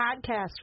podcast